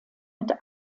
mit